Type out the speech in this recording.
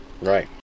Right